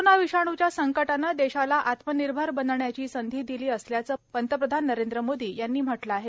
corona विषाणच्या संकटानं देशाला आत्मनिर्भर बनण्याची संधी दिली असल्याचे पंतप्रधान नरेंद्र मोदी यांनी म्हटलं आहे